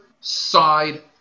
side